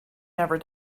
never